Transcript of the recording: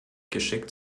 geschickt